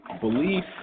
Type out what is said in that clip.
belief